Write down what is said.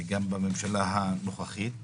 וגם עם הממשלה הנוכחית.